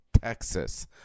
Texas